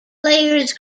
players